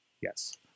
Yes